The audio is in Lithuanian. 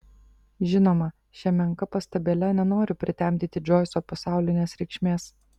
žinoma šia menka pastabėle nenoriu pritemdyti džoiso pasaulinės reikšmės